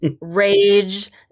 Rage